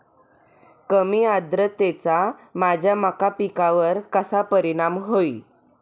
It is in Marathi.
कमी आर्द्रतेचा माझ्या मका पिकावर कसा परिणाम होईल?